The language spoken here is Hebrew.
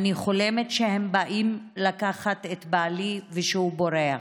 אני חולמת שהם באים לקחת את בעלי ושהוא בורח.